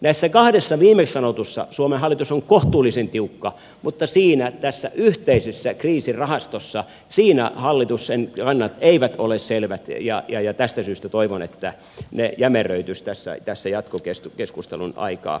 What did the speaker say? näissä kahdessa viimeksi sanotussa suomen hallitus on kohtuullisen tiukka mutta tässä yhteisessä kriisirahastossa siinä hallituksen kannat eivät ole selvät ja tästä syystä toivon että ne jämeröityisivät tässä jatkokeskustelun aikana